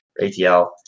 ATL